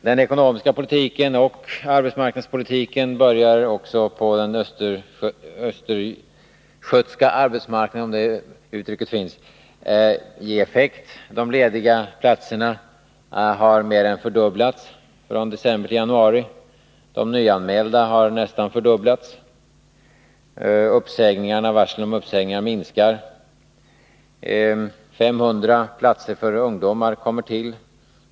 Den ekonomiska politiken och arbetsmarknadspolitiken börjar också ge effekt på arbetsmarknaden i Östergötland. De lediga platserna har mer än fördubblats från december till januari. De nyanmälda har nästan fördubblats. Varslen om uppsägningar minskar. 500 platser för ungdomar kommer till.